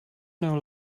know